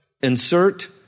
Insert